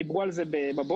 דיברו על זה בבוקר.